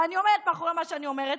ואני עומדת מאחורי מה שאני אומרת,